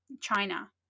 China